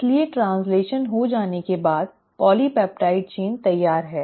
इसलिए ट्रैन्स्लैशन हो जाने के बाद पॉलीपेप्टाइड श्रृंखला तैयार है